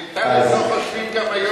וטלב לא חושבים גם היום.